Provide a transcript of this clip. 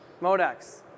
Modex